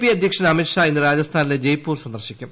P അധ്യക്ഷൻ അമിത്ഷാ ഇന്ന് രാജസ്ഥാനിലെ ജയ്പൂർ സന്ദർശിക്കും